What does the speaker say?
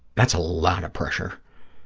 that's a lot of pressure.